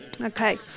Okay